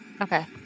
Okay